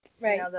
Right